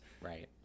Right